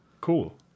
Cool